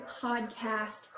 podcast